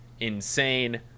insane